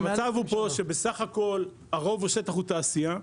המצב הוא פה שבסך הכול רוב השטח הוא תעשייה.